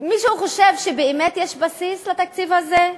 מישהו חושב שבאמת יש בסיס לתקציב הזה?